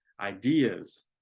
ideas